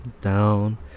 down